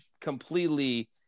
completely